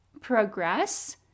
progress